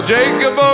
Jacob